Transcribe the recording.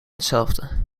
hetzelfde